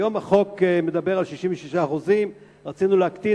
היום החוק מדבר על 66%. רצינו להקטין,